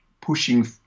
pushing